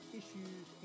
issues